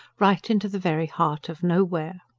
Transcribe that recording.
right into the very heart of nowhere.